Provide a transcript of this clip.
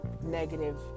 negative